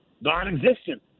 non-existent